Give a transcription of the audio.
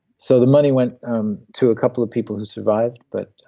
so the money went um to a couple of people who survived, but